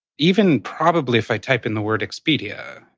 even probably if i type in the word expedia,